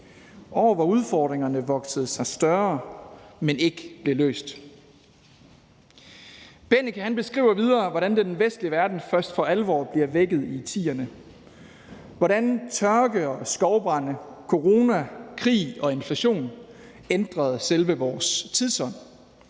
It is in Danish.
år, hvor udfordringerne voksede sig større, men ikke blev løst. Christian Bennike beskriver videre, hvordan den vestlige verden først for alvor bliver vækket i 2010'erne, hvordan tørke, skovbrande, corona, krig og inflation ændrede selve vores tidsånd